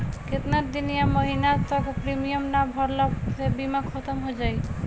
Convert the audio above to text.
केतना दिन या महीना तक प्रीमियम ना भरला से बीमा ख़तम हो जायी?